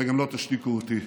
וגם לא תשתיקו אותי.